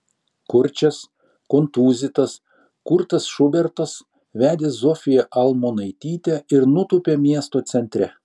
kurčias kontūzytas kurtas šubertas vedė zofiją almonaitytę ir nutūpė miesto centre